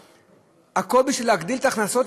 והכול בשביל להגדיל את ההכנסות.